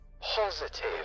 Positive